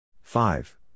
Five